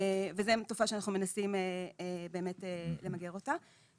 וזו תופעה שאנחנו מנסים באמת למגר אותה.